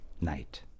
Night